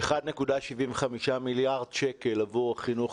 1.75 מיליארד שקלים עבור החינוך,